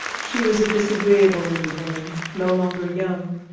she was a disagreeable little woman, no longer young,